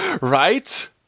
Right